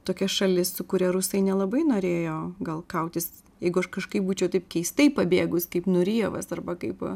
tokia šalis su kuria rusai nelabai norėjo gal kautis jeigu aš kažkaip būčiau taip keistai pabėgus kaip nurijevas arba kaip